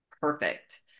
perfect